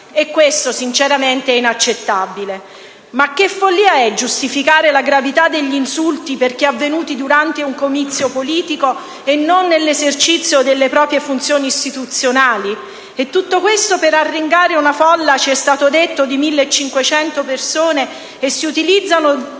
Questo, sinceramente, è inaccettabile. Ma che follia è giustificare la gravità degli insulti perché avvenuti durante un comizio politico e non nell'esercizio delle proprie funzioni istituzionali? E tutto questo per arringare una folla di 1.500 persone - così ci è stato